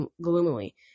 gloomily